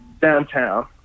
downtown